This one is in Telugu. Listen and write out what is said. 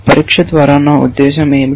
పరీక్ష ద్వారా నా ఉద్దేశ్యం ఏమిటి